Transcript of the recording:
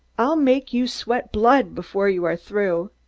i'll make you sweat blood before you are through.